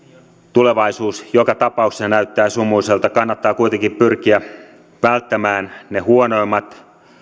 tulevaisuus joka tapauksessa näyttää sumuiselta kannattaa kuitenkin pyrkiä välttämään ne huonoimmat